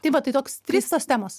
tai va tai toks trys tos temos